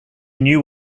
knew